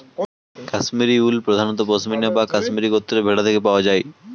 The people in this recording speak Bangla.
কাশ্মীরি উল প্রধানত পশমিনা বা কাশ্মীরি গোত্রের ভেড়া থেকে পাওয়া যায়